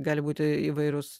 gali būti įvairios